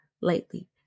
lightly